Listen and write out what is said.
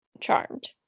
Charmed